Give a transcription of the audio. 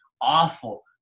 Awful